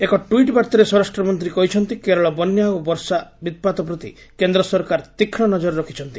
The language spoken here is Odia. ଏକ ଟ୍ସିଟ୍ ବାର୍ତ୍ତାରେ ସ୍ୱରାଷ୍ଟ୍ରମନ୍ତ୍ରୀ କହିଛନ୍ତି କେରଳ ବନ୍ୟା ଓ ବର୍ଷା ବିପ୍କାତ ପ୍ରତି କେନ୍ଦ୍ର ସରକାର ତୀକ୍ଷ୍ଣ ନଜର ରଖିଛନ୍ତି